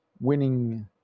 winning